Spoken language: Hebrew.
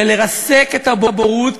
לרסק את הבורות,